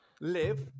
live